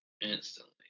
instantly